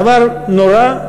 דבר נורא,